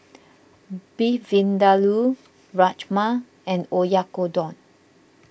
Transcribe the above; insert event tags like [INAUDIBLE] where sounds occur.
[NOISE] Beef Vindaloo Rajma and Oyakodon